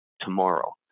tomorrow